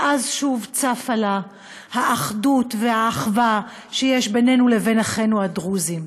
ואז שוב צפו להן האחדות והאחווה שיש בינינו לבין אחינו הדרוזים.